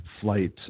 flight